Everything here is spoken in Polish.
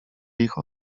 ich